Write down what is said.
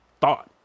thought